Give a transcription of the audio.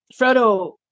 Frodo